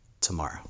tomorrow